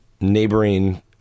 neighboring